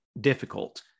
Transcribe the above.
difficult